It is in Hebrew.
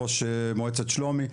ראש מועצת שלומי,